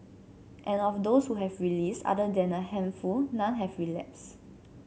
and of those who have released other than a handful none have relapsed